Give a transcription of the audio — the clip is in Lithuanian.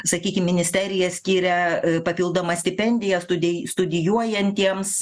sakykim ministerija skiria papildomą stipendiją studei studijuojantiems